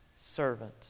servant